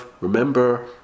remember